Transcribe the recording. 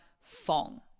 Fong